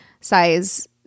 size